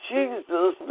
Jesus